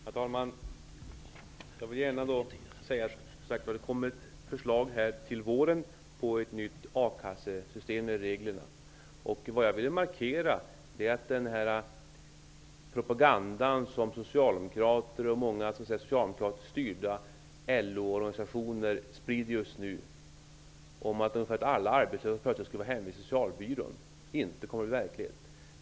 Herr talman! Jag vill gärna framhålla att det, som sagt, till våren kommer ett förslag om ett nytt akassesystem när det gäller regler. Vad jag velat markera här är den propaganda som socialdemokrater och ''socialdemokratiskt'' styrda LO-organisationer just nu sprider om arbetslösa som plötsligt skulle vara hänvisade till socialbyrån. Detta kommer inte att bli verklighet.